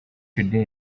today